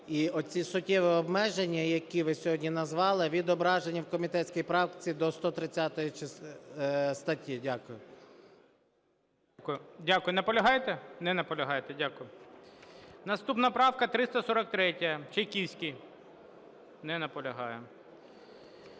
І оці суттєві обмеження, які ви сьогодні назвали, відображені в комітетській правці до 130 статті. Дякую. ГОЛОВУЮЧИЙ. Дякую. Наполягаєте? Не наполягаєте. Дякую. Наступна правка 343, Чайківський. Не наполягає.